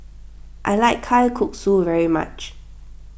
I like Kalguksu very much